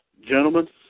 Gentlemen